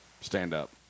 stand-up